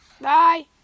Bye